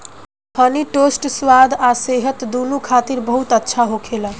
हनी toast स्वाद आ सेहत दूनो खातिर बहुत अच्छा होखेला